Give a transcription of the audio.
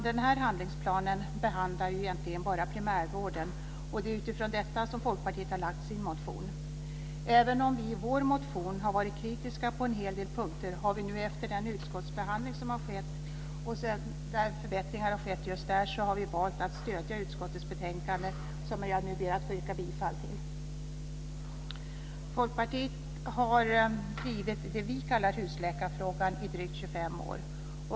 Den här handlingsplanen behandlar egentligen bara primärvården, och det är utifrån detta som Folkpartiet har väckt sin motion. Även om vi i vår motion har varit kritiska på en hel del punkter har vi nu, efter utskottsbehandlingen och de förändringar som där har skett, valt att stödja utskottets betänkande, vars hemställan jag nu ber att få yrka bifall till. Folkpartiet har drivit det vi kallar husläkarfrågan i drygt 25 år.